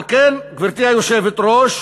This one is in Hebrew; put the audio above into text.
על כן, גברתי היושבת-ראש,